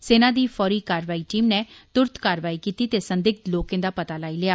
सेना दी फौरी कारवाई टीम नै तुरत कारवाई कीती ते संदिग्घ लोकें दा पता लाई लेआ